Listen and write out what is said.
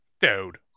Dude